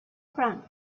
front